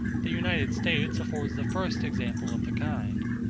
the united states afford the first example of the kind.